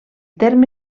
terme